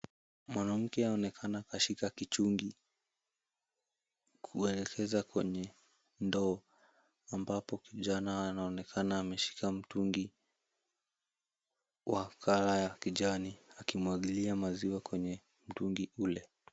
Mwanamke anaonekana kashika kichungi, kuegeza kwenye ndoo, ambapo kijana anaonekana ameshika mtungi wa colour ya kijani akimwagilia maziwa kwenye mtungi ule.